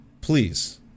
please